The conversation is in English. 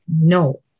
no